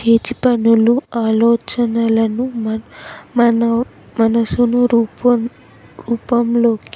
చేతి పనులు ఆలోచనలను మ మన మనసును రూపం రూపంలోకి